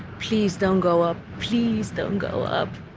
please don't go up. please don't go up.